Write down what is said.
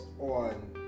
on